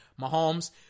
Mahomes